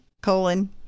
colon